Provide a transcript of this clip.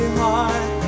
heart